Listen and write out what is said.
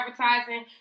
advertising